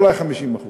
אולי 50%